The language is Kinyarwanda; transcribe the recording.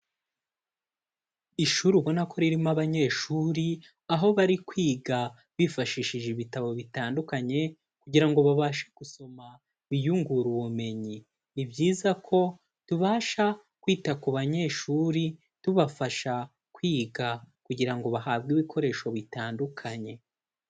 Ishuri ubona ko ririmo abanyeshuri, aho bari kwiga bifashishije ibitabo bitandukanye kugira ngo babashe gusoma biyungure ubumenyi. Ni byiza ko tubasha kwita ku banyeshuri tubafasha kwiga kugira ngo bahabwe ibikoresho bitandukanye.